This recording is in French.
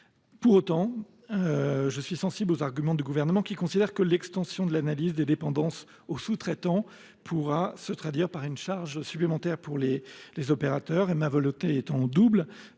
Pour autant, je suis sensible aux arguments du Gouvernement, qui considère que l’extension de l’analyse des dépendances aux sous traitants pourrait se traduire par une charge supplémentaire pour les opérateurs. Aussi, dans la